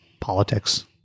politics